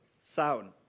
sound